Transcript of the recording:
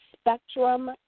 spectrum